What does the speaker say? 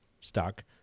stock